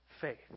faith